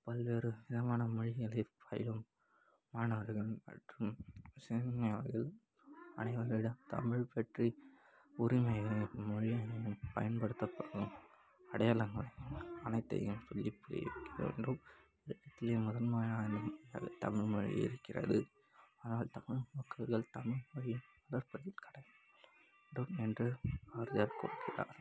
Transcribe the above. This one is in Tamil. பல்வேறு விதமான மொழிகளைப் பயிலும் மாணவர்கள் மற்றும் சிறுமியர்கள் அனைவர்களிடம் தமிழ் பற்றி உரிமையையும் மொழிகளையும் பயன்படுத்தப்படும் அடையாளங்களையும் அனைத்தையும் சொல்லி புரிய வைக்க வேண்டும் உலகத்துலேயே முதன்மையான தமிழ்மொழி இருக்கிறது ஆனால் தமிழ் மக்கள்கள் தமிழ்மொழியை வளர்பதில் கடமை கொள்ள வேண்டும் என்று பாரதியார் குறிப்பிடுறார்